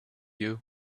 you